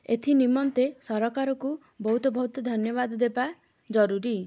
ଏଥି ନିମନ୍ତେ ସରକାରକୁ ବହୁତ ବହୁତ ଧନ୍ୟବାଦ ଦେବା ଜରୁରୀ